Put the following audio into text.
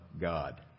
God